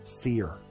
fear